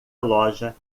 loja